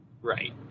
right